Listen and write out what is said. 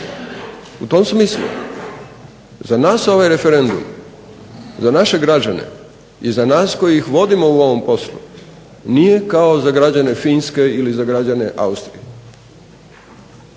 U tom smislu za nas ovaj referendum, za naše građane i za nas koji ih vodimo u ovom poslu nije kao za građane Finske ili za građane Austrije